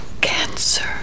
Cancer